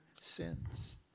Sins